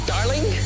Darling